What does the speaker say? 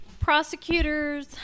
Prosecutors